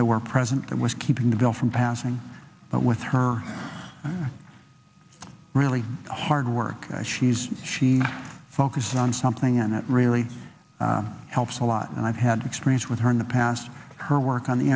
there were present that was keeping the bill from passing but with her really hard work she's she focused on something and that really helps a lot and i've had experience with her in the past her work on the